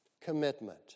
Commitment